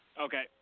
Okay